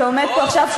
שעומד פה עכשיו,